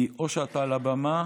כי או שאתה על הבמה